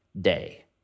day